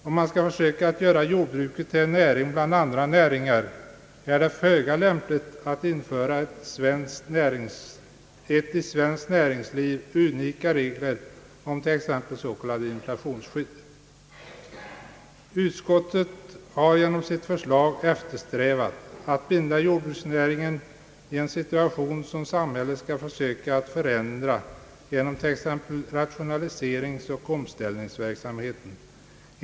Om man skall försöka att göra jordbruket till en näring bland andra näringar är det föga lämpligt att införa i svenskt näringsliv helt unika regler om t.ex. s.k. inflationsskydd. Utskottet har genom sitt förslag eftersträvat att binda jordbruksnäringen i en situation som samhället skall försöka förändra genom t.ex. rationaliseringsoch omställningsverksamheten.